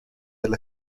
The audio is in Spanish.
del